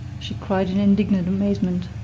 she cried in indignant amazement.